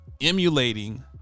emulating